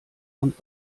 und